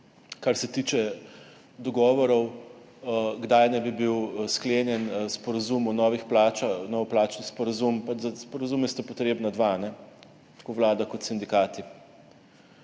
Kar se tiče dogovorov, kdaj naj bi bil sklenjen nov plačni sporazum, za sporazume sta potrebna dva, tako vlada kot sindikati.